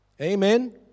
Amen